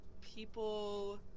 people